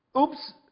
Oops